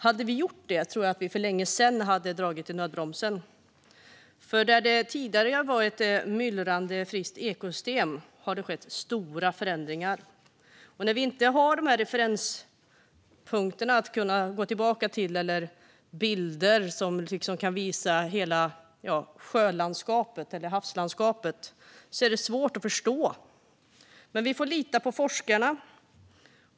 Hade vi gjort det tror jag att vi för länge sedan hade dragit i nödbromsen. För där det tidigare har varit ett myllrande friskt ekosystem har det skett stora förändringar. När vi inte har dessa referenspunkter att gå tillbaka till eller bilder som kan visa hela sjölandskapet eller havslandskapet är det svårt att förstå. Men vi får lita på forskarna.